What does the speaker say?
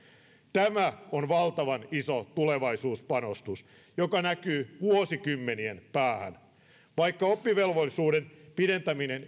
tämä on valtavan iso tulevaisuuspanostus joka näkyy vuosikymmenien päähän vaikka oppivelvollisuuden pidentäminen